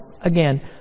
Again